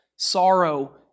Sorrow